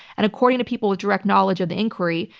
and according to people with direct knowledge of the inquiry,